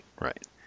right